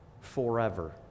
forever